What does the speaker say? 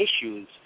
issues